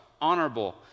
honorable